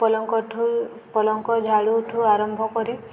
ପଲଙ୍କଠୁ ପଲଙ୍କ ଝାଡ଼ୁଠୁ ଆରମ୍ଭ କରି